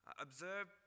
Observe